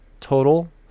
total